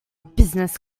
business